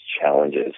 challenges